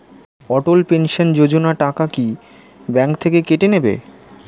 অটল pension Yojana টাকা কি bank থেকে কেটে নেবে?